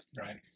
Right